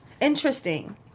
interesting